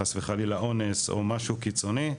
חס וחלילה אונס או משהו קיצוני,